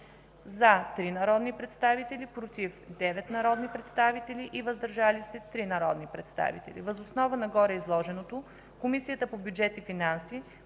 – 3 народни представители, „против” – 9 народни представители, и „въздържали се” – 3 народни представители. Въз основа на гореизложеното Комисията по бюджет и финанси